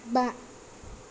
बा